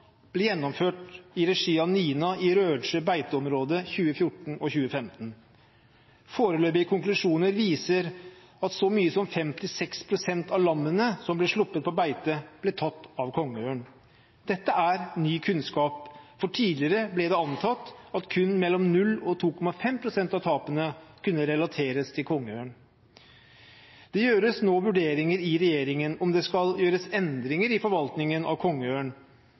gjennomført i regi av NINA i Rødsjø beiteområde 2014 og 2015. Foreløpige konklusjoner viser at så mye som 5–6 pst. av lammene som ble sluppet på beite, ble tatt av kongeørn. Dette er ny kunnskap, for tidligere ble det antatt at kun 0–2,5 pst. av tapene kunne relateres til kongeørn. Det gjøres nå vurderinger i regjeringen om det skal gjøres endringer i forvaltningen av kongeørn,